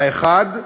האחד,